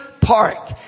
Park